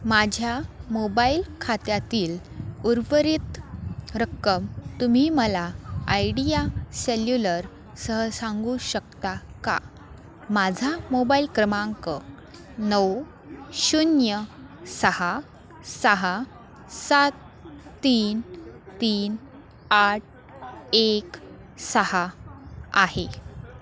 माझ्या मोबाईल खात्यातील उर्वरित रक्कम तुम्ही मला आयडीया सेल्युलरसह सांगू शकता का माझा मोबाईल क्रमांक नऊ शून्य सहा सहा सात तीन तीन आठ एक सहा आहे